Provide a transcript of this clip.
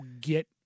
get